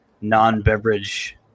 non-beverage –